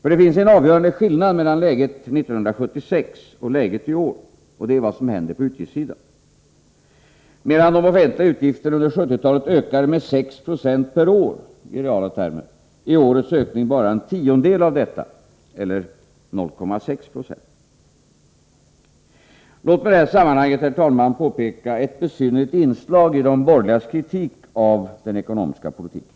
Det finns nämligen en avgörande skillnad mellan läget 1976 och läget i år, och det är vad som händer på utgiftssidan. Medan de offentliga utgifterna under 1970-talet ökade med 6 96 per år i reala termer, är årets ökning bara en tiondel därav eller 0,6 90. Låt mig i detta sammanhang, herr talman, påpeka ett besynnerligt inslag i den borgerliga kritiken av den ekonomiska politiken.